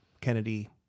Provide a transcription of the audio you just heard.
Kennedy